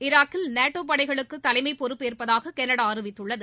ஈராக்கில் நேட்டோ படைகளுக்கு தலைமை பொறுப்புயேற்பதாக கனடா அறிவித்துள்ளது